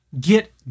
get